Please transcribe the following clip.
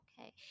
okay